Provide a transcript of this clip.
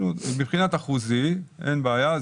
מבחינת האחוזי אין בעיה,